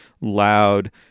loud